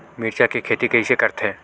मिरचा के खेती कइसे करथे?